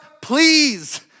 please